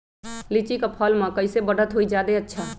लिचि क फल म कईसे बढ़त होई जादे अच्छा?